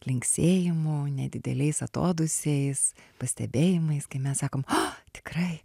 linksėjimu nedideliais atodūsiais pastebėjimais kai mes sakom a tikrai